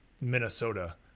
Minnesota